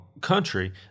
country